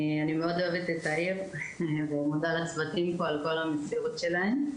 אני מאוד אוהבת את העיר ומודה לצוותים פה על כל המסירות שלהם.